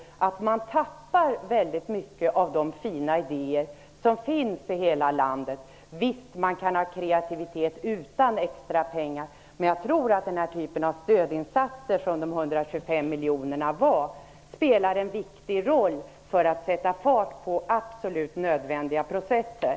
Man kan då tappa väldigt mycket av de fina idéer som finns i hela landet. Visst kan man få kreativitet utan extra pengar, men jag tror att den typen av stödinsatser som de 125 miljonerna spelar en viktig roll för att sätta fart på absolut nödvändiga processer.